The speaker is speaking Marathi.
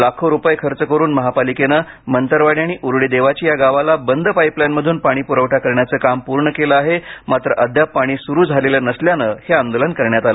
लाखो रुपये खर्च करून महापालिकेने मंतरवाडी आणि उरुळी देवाची या गावाला बंद पाइपलाइनमध्रन पाणीप्रवठा करण्याचे काम पूर्ण केले आहे मात्र अद्यापही पाणी सुरू झालेलं नसल्याने हे आंदोलन करण्यात आलं